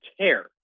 care